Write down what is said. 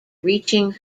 reaching